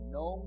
no